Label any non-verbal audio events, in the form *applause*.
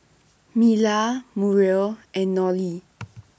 Mila Muriel and Nolie *noise*